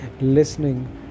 listening